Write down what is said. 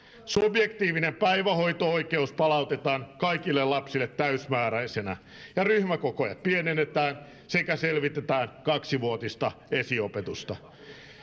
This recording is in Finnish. subjektiivinen päivähoito oikeus palautetaan kaikille lapsille täysimääräisenä ja ryhmäkokoja pienennetään sekä selvitetään kaksivuotista esiopetusta